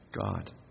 God